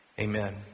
Amen